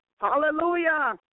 Hallelujah